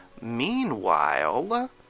Meanwhile